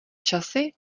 časy